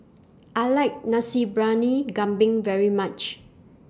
I like Nasi Briyani Kambing very much